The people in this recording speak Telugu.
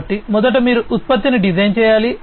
కాబట్టి మొదట మీరు ఉత్పత్తిని డిజైన్ చేయాలి